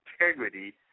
integrity